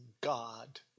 God